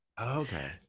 Okay